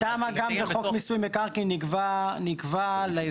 גם בחוק מיסוי מקרקעין נקבע --- ל-26,